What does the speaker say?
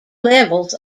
levels